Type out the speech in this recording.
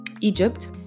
Egypt